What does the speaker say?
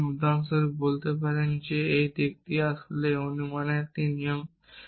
তাই আপনি উদাহরণস্বরূপ বলতে পারেন যে এবং এই দিকটি আসলে এটি অনুমানের একটি নিয়ম